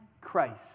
Christ